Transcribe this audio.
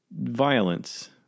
violence